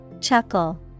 Chuckle